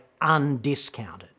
undiscounted